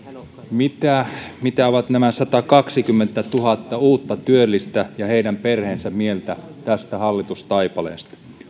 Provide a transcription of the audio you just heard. mitä mieltä ovat nämä satakaksikymmentätuhatta uutta työllistä ja heidän perheensä tästä hallitustaipaleesta